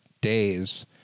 days